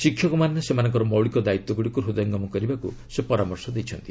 ଶିକ୍ଷକମାନେ ସେମାନଙ୍କର ମୌଳିକ ଦାୟିତ୍ୱଗୁଡ଼ିକୁ ହୂଦୟଙ୍ଗମ କରିବାକୁ ସେ ପରାମର୍ଶ ଦେଇଛନ୍ତି